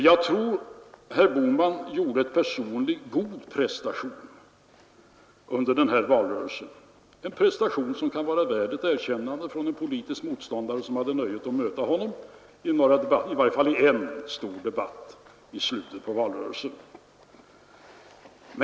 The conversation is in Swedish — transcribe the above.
Jag tror att herr Bohman personligen gjorde en god prestation under den här valrörelsen, en prestation som kan vara värd ett erkännande från en politisk motståndare som hade nöjet att möta honom i varje fall i en stor debatt i slutet av valrörelsen.